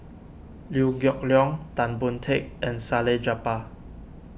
Liew Geok Leong Tan Boon Teik and Salleh Japar